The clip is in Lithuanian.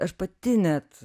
aš pati net